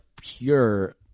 pure